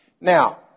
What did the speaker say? Now